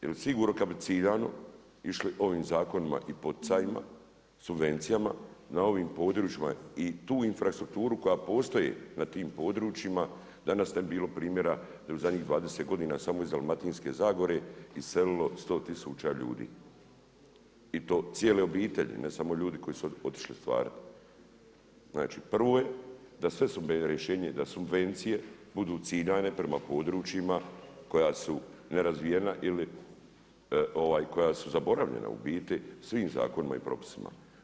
Jer sigurno kada bi ciljano išli ovim zakonima i poticajima, subvencijama na ovim područjima i tu infrastrukturu koja postoji na tim područjima, danas ne bi bilo primjera jer je u zadnjih 20 godina samo iz Dalmatinske zagore iselilo 100 tisuća ljudi i to cijele obitelji, ne samo ljudi koji su otišli … Znači prvo je da sve, rješenje je da subvencije budu ciljane prema područjima koja su nerazvijena ili koja su zaboravljena u biti svim zakonima i propisima.